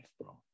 bro